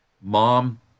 mom